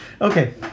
Okay